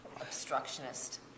obstructionist